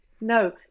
No